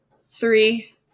Three